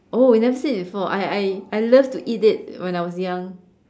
oh you never seen it before I I I love to eat it when I was young